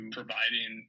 providing